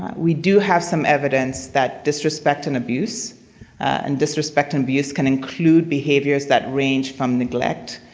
we do have some evidence that disrespect and abuse and disrespect and abuse can include behaviors that range from neglect,